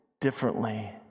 differently